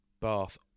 Bath